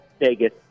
Vegas